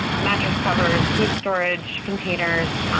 mattress covers, food storage, containers,